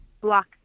block